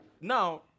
Now